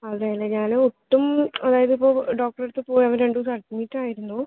അതെ അല്ലേ ഞാനൊട്ടും അതായത് ഇപ്പോൾ ഡോക്ടറുടെ അടുത്ത് പോയി അവൻ രണ്ടുദിവസം അഡ്മിറ്റ് ആയിരുന്നു